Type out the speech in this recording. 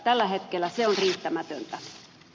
tällä hetkellä se on riittämätöntä